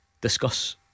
Discuss